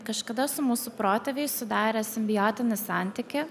kažkada su mūsų protėviais sudarė simbiotinį santykį